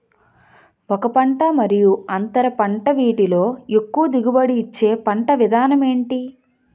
ఒక పంట మరియు అంతర పంట వీటిలో ఎక్కువ దిగుబడి ఇచ్చే పంట విధానం ఏంటి?